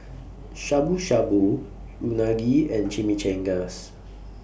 Shabu Shabu Unagi and Chimichangas